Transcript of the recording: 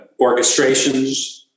orchestrations